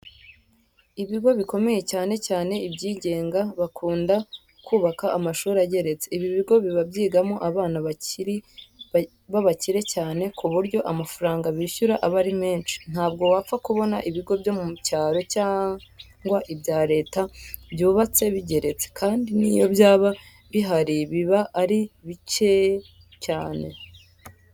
Ibigo bikomeye, cyane cyane ibyigenga bakunda kubaka amashuri ageretse. Ibi bigo biba byigamo abana b'abakire cyane ku buryo amafaranga bishyura aba ari menshi. Ntabwo wapfa kubona ibigo byo mu cyaro cyangwa ibya leta byubatse bigeretse kandi n'iyo byaba bihari biba ari bike cyane.